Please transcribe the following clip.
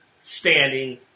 standing